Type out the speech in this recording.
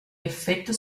effetto